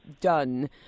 done